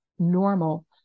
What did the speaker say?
normal